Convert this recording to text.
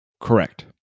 Correct